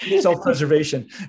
self-preservation